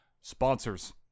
Sponsors